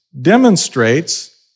demonstrates